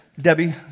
Debbie